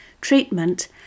treatment